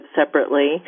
separately